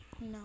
No